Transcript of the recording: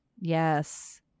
Yes